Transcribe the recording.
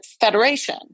Federation